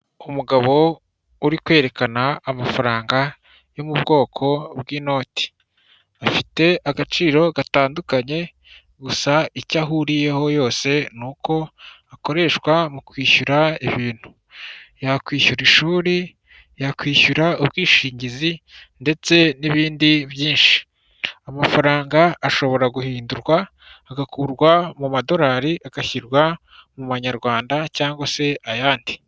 Umugabo uri kwerekana amafaranga yo mu bwoko bw'inoti, afite agaciro gatandukanye gusa icyo ahuriyeho yose ni uko akoreshwa mu kwishyura ibintu, yakwishyura ishuri, yakwishyura ubwishingizi ndetse n'ibindi byinshi. Amafaranga ashobora guhindurwa agakurwa mu madolari agashyirwa mu manyarwanda cyangwa se ayandi.